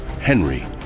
Henry